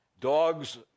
Dogs